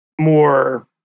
more